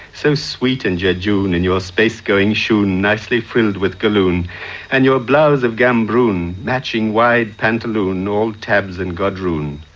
so sweet and jejune in your space going shoon nicely frilled with galloon and your blouse of gambroon, matching wide pantaloon, all tabs and gadroon.